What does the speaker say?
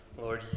Lord